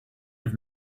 have